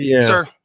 Sir